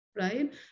Right